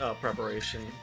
preparation